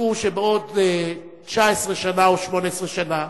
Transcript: תדעו שבעוד 19 שנה או 18 שנה,